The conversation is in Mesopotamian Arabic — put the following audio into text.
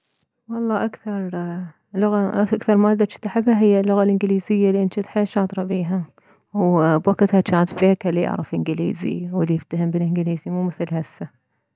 والله اكثر لغة اكثر مادة جنت احبها هي اللغة الانكليزية لان جنت حيل شاطرة بيها وبوكتها جانت فيكة الي يعرف انكليزي واليفتهم بالانكليزي مو مثل هسه